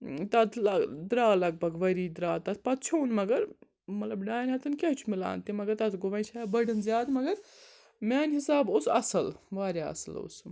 تَتھ درٛاو لگ بگ ؤری درٛاو تَتھ پَتہٕ ژھیوٚن مگر مطلب ڈاین ہَتَن کیٛاہ چھُ مِلان تہِ مگر تَتھ گوٚو وَنۍ شاید بٔرڑن زیادٕ مگر میٛانہِ حِساب اوس اَصٕل واریاہ اَصٕل اوس